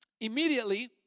Immediately